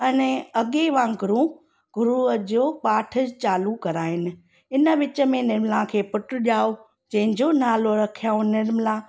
अने अॻे वांगुरु गुरूअ जो पाठु चालू कराइनि हिन विच में निर्मला खे पुटु ॼाओ जंहिंजो नालो रखियाऊं निर्मला